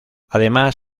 además